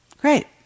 Great